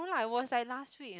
no lah it was like last week ah